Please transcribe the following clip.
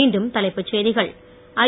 மீண்டும் தலைப்புச் செய்திகள் ஐ